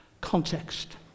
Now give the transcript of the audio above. Context